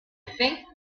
think